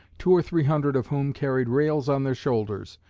two or three hundred of whom carried rails on their shoulders,